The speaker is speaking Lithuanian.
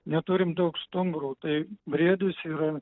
neturim daug stumbrų tai briedis yra